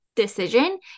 Decision